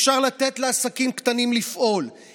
אפשר לתת לעסקים קטנים לפעול,